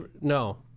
No